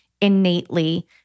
innately